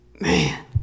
Man